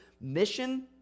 mission